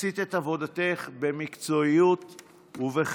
עשית את עבודתך במקצועיות ובחן.